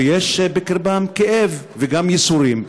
ויש בקרבם כאב וגם ייסורים.